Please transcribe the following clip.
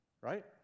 right